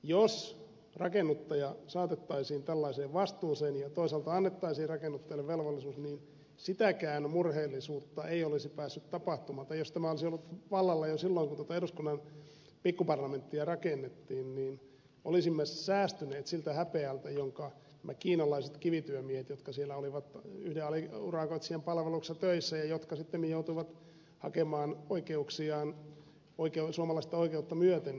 jos rakennuttaja saatettaisiin tällaiseen vastuuseen ja toisaalta annettaisiin rakennuttajalle velvollisuus niin sitäkään murheellisuutta ei olisi päässyt ja jos tämä olisi ollut vallalla jo silloin kun tuota eduskunnan pikkuparlamenttia rakennettiin niin olisimme voineet välttää senkin häpeän kun nämä kiinalaiset kivityömiehet siellä olivat yhden aliurakoitsijan palveluksessa töissä ja sittemmin joutuivat hakemaan oikeuksiaan oikein suomalaista oikeutta myöten